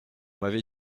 m’avez